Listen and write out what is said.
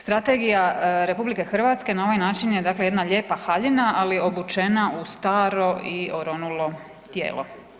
Strategija RH na ovaj način je dakle jedna lijepa haljina ali obučena u staro i oronulo tijelo.